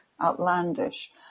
outlandish